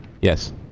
Yes